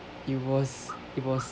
it was it was